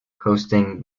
hosting